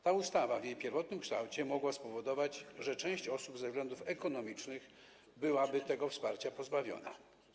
Ta ustawa w jej pierwotnym kształcie mogła spowodować, że część osób ze względów ekonomicznych byłaby tego wsparcia pozbawiona.